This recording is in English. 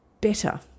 better